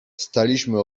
staliśmy